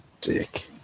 dick